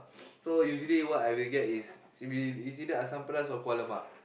so usually what I will get is she will is either asam pedas or kuah lemak